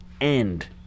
end